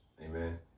Amen